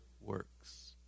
works